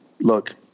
look